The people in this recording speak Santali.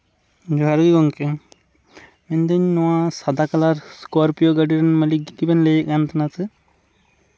ᱡᱚᱦᱟᱨ ᱜᱮ ᱜᱚᱢᱠᱮ ᱢᱮᱱ ᱫᱟᱹᱧ ᱱᱚᱣᱟ ᱥᱟᱫᱟ ᱠᱟᱞᱟᱨ ᱥᱠᱚᱨᱯᱤᱭᱳ ᱜᱟᱹᱰᱤ ᱨᱮᱱ ᱢᱟᱹᱞᱤᱠ ᱜᱮᱵᱮᱱ ᱞᱟᱹᱭᱮᱫ ᱠᱟᱱ ᱛᱟᱦᱮᱱᱟᱥᱮ